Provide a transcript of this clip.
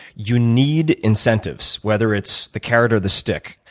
you need incentives, whether it's the carrot or the stick.